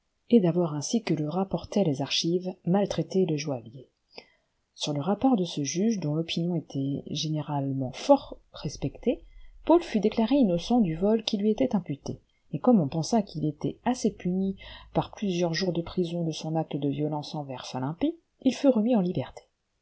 noël d'avoir ainsi que le rapportaient les archives maltraité le joaillier sur le rapport de ce juge dont l'opinion était gé néralement tort respectée paul fut déclaré innocent du vol qui lui était imputé et comme on pensa qu'il était assez puni par plusieurs jours de prison de son acte de violence envers finlappi il fut remis en liberté